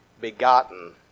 begotten